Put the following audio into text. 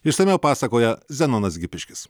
išsamiau pasakoja zenonas gipiškis